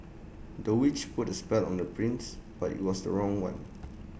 the witch put A spell on the prince but IT was the wrong one